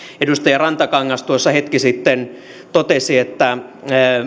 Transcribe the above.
edustaja rantakangas tuossa hetki sitten totesi että